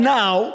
now